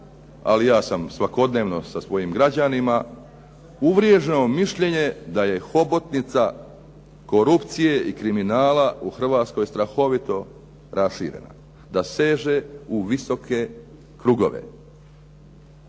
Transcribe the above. ali ja sam svakodnevno sa svojim građanima, uvrijeđeno mišljenje da je hobotnica korupcije i kriminala u Hrvatskoj strahovito raširena, da seže u visoke krugove.